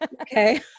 Okay